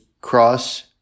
cross